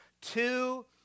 two